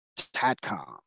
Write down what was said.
tatcom